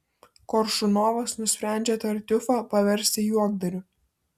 koršunovas nusprendžia tartiufą paversti juokdariu